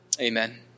Amen